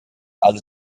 alle